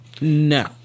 No